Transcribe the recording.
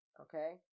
Okay